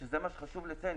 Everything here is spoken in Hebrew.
שזה מה שחשוב לציין,